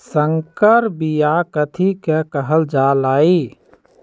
संकर बिया कथि के कहल जा लई?